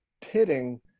pitting